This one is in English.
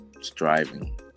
striving